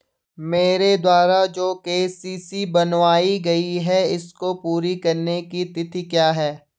मेरे द्वारा जो के.सी.सी बनवायी गयी है इसको पूरी करने की तिथि क्या है?